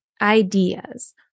ideas